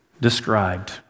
described